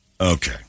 Okay